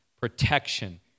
protection